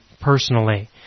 personally